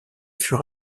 fut